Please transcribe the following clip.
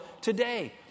today